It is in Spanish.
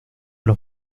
los